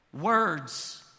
Words